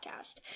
podcast